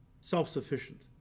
self-sufficient